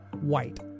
White